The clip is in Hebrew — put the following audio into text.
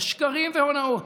על שקרים והונאות.